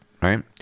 right